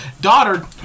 daughter